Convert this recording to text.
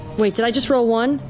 wait, did i just roll one?